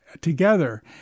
together